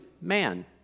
man